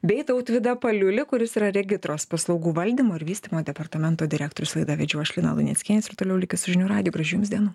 bei tautvydą paliulį kuris yra regitros paslaugų valdymo ir vystymo departamento direktorius laidą vedžiau aš lina luneckienė ir toliau likit su žinių radiju gražių jums dienų